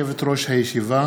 יושבת-ראש הישיבה,